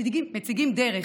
מציגים דרך,